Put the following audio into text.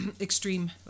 extreme